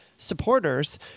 supporters